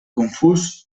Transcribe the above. confús